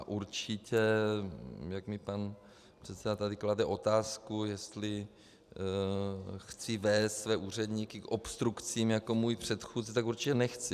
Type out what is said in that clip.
Určitě, jak mi pan předseda tady klade otázku, jestli chci vést své úředníky k obstrukcím jako moji předchůdci, tak určitě nechci.